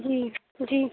جی جی